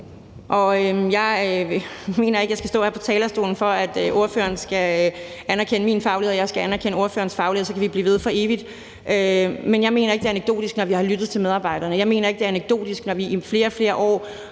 jeg mener ikke, at det, når jeg står heroppe på talerstolen, er sådan, at ordføreren skal anerkende min faglighed, og at jeg skal anerkende ordførerens faglighed, og så kan vi jo blive ved. Men jeg mener ikke, det er anekdotisk, når vi har lyttet til medarbejderne, eller når vi i flere og flere år